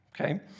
Okay